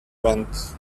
went